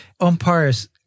umpires